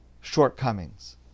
shortcomings